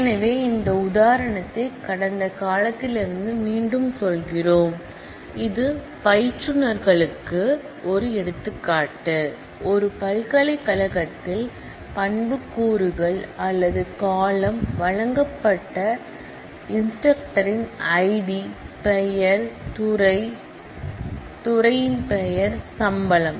எனவே இந்த உதாரணத்தை கடந்த காலத்திலிருந்து மீண்டும் சொல்கிறோம் இது இன்ஸ்ட்ரக்ட்டர்க்கு ஒரு எடுத்துக்காட்டு ஒரு யூனிவர்சிட்டியில் ஆட்ரிபியூட்ஸ் அல்லது காலம்ன் வழங்கப்பட்ட பயிற்றுவிப்பாளர்களின் ஐடி ID பெயர் டிபார்ட்மண்ட் பெயர் மற்றும் சம்பளம்